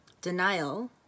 Denial